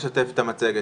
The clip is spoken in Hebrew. ארבע דקות,